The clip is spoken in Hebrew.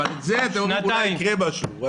אבל כאן אתם אומרים שאולי יקרה משהו.